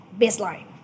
baseline